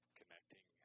connecting